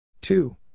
two